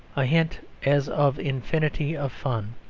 a hint as of infinity of fun.